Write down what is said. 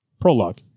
Prologue